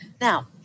Now